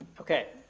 okay,